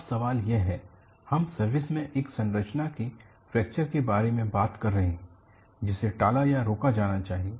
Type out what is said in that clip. अब सवाल यह है हम सर्विस में एक संरचना के फ्रैक्चर के बारे में बात कर रहे हैं जिसे टाला या रोका जाना चाहिए